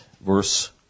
verse